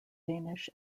danish